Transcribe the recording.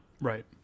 right